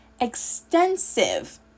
extensive